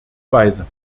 weise